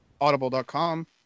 audible.com